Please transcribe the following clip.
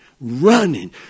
running